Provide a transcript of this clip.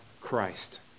Christ